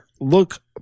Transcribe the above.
look